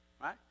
right